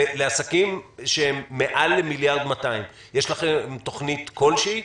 לעסקים שהם מעל 1.2 מיליארד יש לכם תוכנית כלשהי?